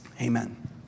amen